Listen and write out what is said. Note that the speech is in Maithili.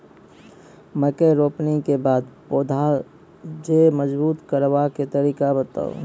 मकय रोपनी के बाद पौधाक जैर मजबूत करबा के तरीका बताऊ?